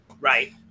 Right